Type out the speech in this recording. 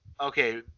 okay